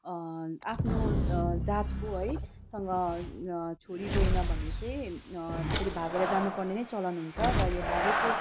आफ्नो जातको है सँग छोरी गएन भने चाहिँ त्यसरी भागेर जानु पर्ने नै चलन हुन्छ र यो भागेको